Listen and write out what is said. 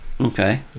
Okay